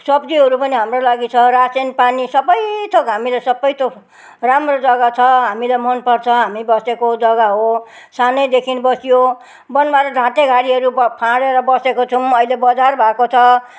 सब्जीहरू पनि हाम्रो लागि छ रासनपानी सबै थोक हामीले सबै थोक राम्रो जग्गा छ हामीलाई मन पर्छ हामी बसेको जग्गा हो सानैदेखि बसियो बनमारा ढाँटेघारीहरू ब फाँडेर बसेको छौँ अहिले बजार भएको छ